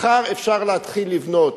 מחר אפשר להתחיל לבנות,